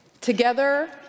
Together